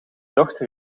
dochter